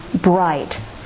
bright